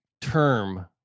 term